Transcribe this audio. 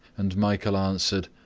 and michael answered